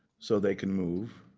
so they can move.